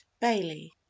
Bailey